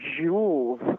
jewels